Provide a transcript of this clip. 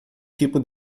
tipo